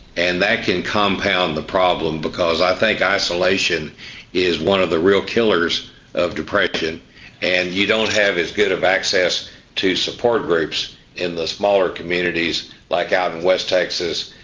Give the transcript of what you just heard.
and that can compound the problem, because i think isolation is one of the real killers of depression and you don't have as good an access to support groups in the smaller communities like out in west texas,